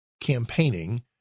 campaigning